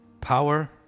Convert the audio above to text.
power